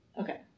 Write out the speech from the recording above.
Okay